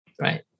Right